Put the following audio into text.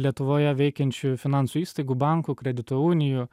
lietuvoje veikiančių finansų įstaigų bankų kredito unijų